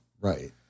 Right